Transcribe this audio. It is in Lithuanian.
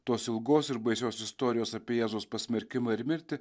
tos ilgos ir baisios istorijos apie jėzaus pasmerkimą ir mirtį